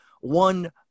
one